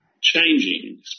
changing